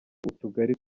utugari